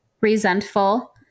resentful